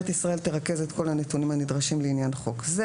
ישראל תרכז את כל הנתונים הנדרשים לעניין חוק זה.,